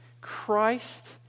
Christ